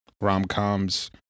rom-coms